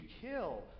kill